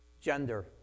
gender